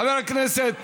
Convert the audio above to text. חבר הכנסת